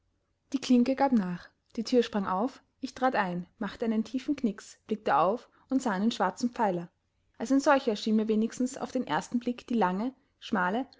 die klinke gab nach die thür sprang auf ich trat ein machte einen tiefen knix blickte auf und sah einen schwarzen pfeiler als ein solcher erschien mir wenigstens auf den ersten blick die lange schmale